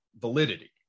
validity